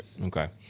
Okay